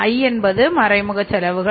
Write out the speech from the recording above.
i என்பது மறைமுக செலவுகள்